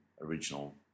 original